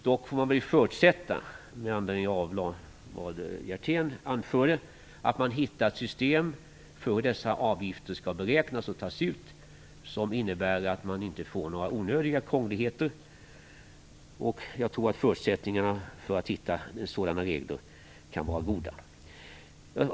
Med anledning av det som Lars Hjertén anförde får man dock förutsätta att man hittar ett system för hur dessa avgifter skall beräknas och tas ut som inte innebär några onödiga krångligheter. Jag tror att förutsättningarna för att hitta sådana regler är goda.